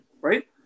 right